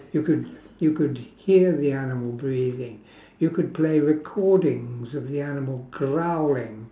you could you could hear the animal breathing you could play recordings of the animal growling